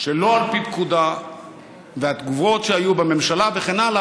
שלא על פי פקודה והתגובות שהיו בממשלה וכן הלאה,